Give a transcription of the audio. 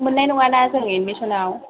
मोननाय नङाना जों एडमिस'नाव